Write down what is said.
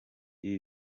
ibi